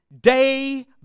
day